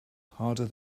harder